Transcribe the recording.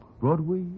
Broadway